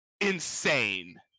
insane